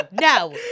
no